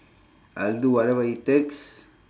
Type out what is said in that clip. I'll do whatever it takes